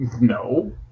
No